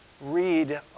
read